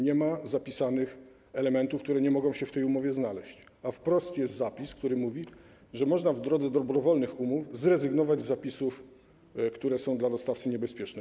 Nie ma zapisanych elementów, które nie mogą się w tej umowie znaleźć, a wprost jest zapis, który mówi, że można w drodze dobrowolnych umów zrezygnować z zapisów, które są dla dostawcy niebezpieczne.